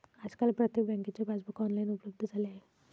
आजकाल प्रत्येक बँकेचे पासबुक ऑनलाइन उपलब्ध झाले आहे